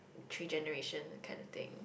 three generation that kind of thing